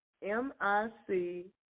M-I-C